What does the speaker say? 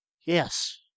Yes